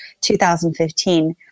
2015